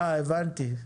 אה, הבנתי.